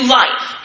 life